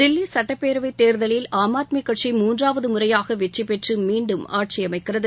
தில்லி சட்டப்பேரவைத் தேர்தலில் ஆம் ஆத்மி கட்சி மூன்றாவது முறையாக வெற்றி பெற்று மீண்டும் ஆட்சியமைக்கிறது